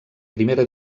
primera